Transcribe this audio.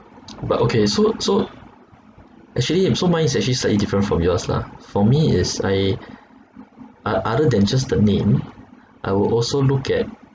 but okay so so actually um so mine is actually slightly different from yours lah for me it's I o~ other than just the name I would also look at